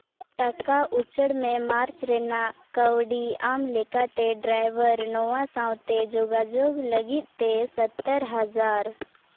ᱴᱟᱠᱟ ᱩᱪᱟᱹᱲ ᱢᱮ ᱢᱟᱨᱪ ᱨᱮᱱᱟᱜ ᱠᱟᱹᱣᱰᱤ ᱟᱢ ᱞᱮᱠᱟᱛᱮ ᱰᱨᱟᱭᱵᱷᱟᱨ ᱱᱚᱣᱟ ᱥᱟᱶᱛᱮ ᱡᱳᱜᱟᱡᱳᱜᱽ ᱞᱟᱹᱜᱤᱫ ᱛᱮ ᱥᱚᱛᱛᱳᱨ ᱦᱟᱡᱟᱨ